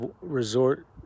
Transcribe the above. resort